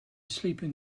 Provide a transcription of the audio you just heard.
sleeping